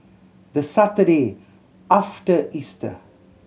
the Saturday after Easter